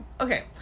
okay